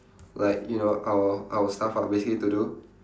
like you know our our stuff ah basically need to do